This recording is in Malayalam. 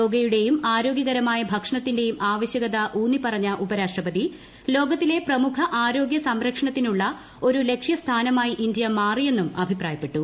യോഗയുടേയും ആരോഗ്യകരമായ ഭക്ഷണത്തിള്ള്ട്ടയും ആവശ്യകത ഊന്നിപ്പറഞ്ഞ ഉപരാഷ്ട്രപതി ലോകത്തീല്പ് പ്രമുഖ ആരോഗൃ സംരക്ഷണത്തിനുള്ള ഒരു ലക്ഷ്യസ്ഥാനമായി ഇന്ത്യമാറിയെന്നും അഭിപ്രായപ്പെട്ടു